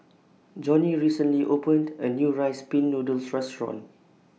Jonnie recently opened A New Rice Pin Noodles Restaurant